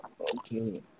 Okay